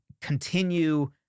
continue